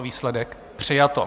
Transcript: Výsledek: přijato.